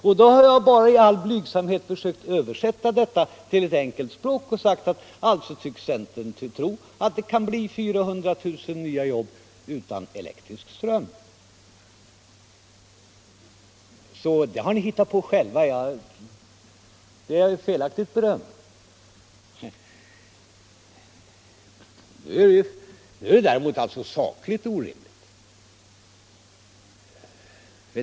Och då har jag i all blygsamhet försökt översätta detta till ett enkelt språk och sagt, att centern tydligen tror att det kan bli 400 000 nya jobb utan elektrisk ström. Det har ni alltså hittat på själva; ni skall inte ge mig beröm för det. Däremot är det sakligt oriktigt.